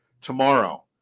tomorrow